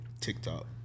TikTok